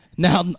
Now